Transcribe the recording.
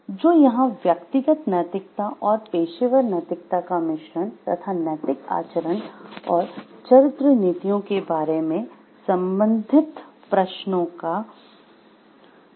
जो यहाँ व्यक्तिगत नैतिकता और पेशेवर नैतिकता का मिश्रण तथा नैतिक आचरण और चरित्र नीतियों के बारे में संबंधित प्रश्नों का अध्ययन हो सकते है